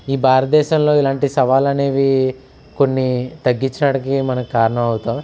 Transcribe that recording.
ఈ భారతదేశంలో ఇలాంటి సవాళ్ళు అనేవి కొన్ని తగ్గిచ్చడానికి మనం కారణం అవుతాం